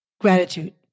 gratitude